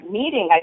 meeting